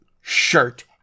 shirt